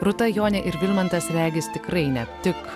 rūta jonė ir vidmantas regis tikrai ne tik